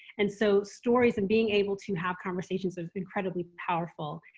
and so stories and being able to have conversations is incredibly powerful.